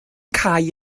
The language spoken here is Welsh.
cau